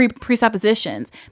presuppositions